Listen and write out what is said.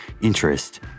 interest